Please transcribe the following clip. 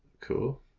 Cool